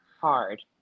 hard